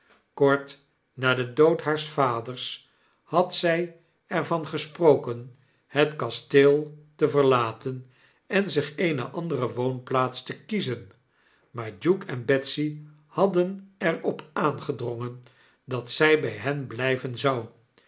kort na den dood haars vaders had zy er van gesproken het kasteel te verlaten en zich eene andere woonplaats te kiezen maar duke en betsy hadden eropaangedrongen dat zy by hen blyvenzou en